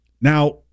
Now